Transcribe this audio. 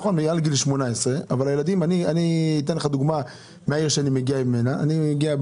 נכון שהם מעל גיל 18. אני אתן לך דוגמה מהעיר ממנה אני מגיע.